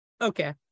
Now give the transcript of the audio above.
okay